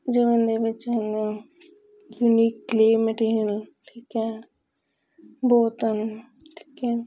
ਜਿਵੇਂ ਇਹਦੇ ਵਿੱਚ ਨੇ ਆਪਣੀ ਹੈ ਨਾ ਠੀਕ ਹੈ ਬਹੁਤ ਹਨ ਠੀਕ ਹੈ